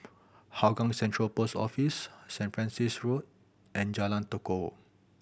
Hougang Central Post Office Saint Francis Road and Jalan Tekukor